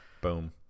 Boom